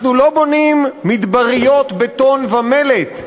אנחנו לא בונים מדבריות בטון ומלט.